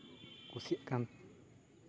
ᱠᱩᱥᱤᱜ ᱠᱟᱱ